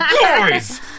guys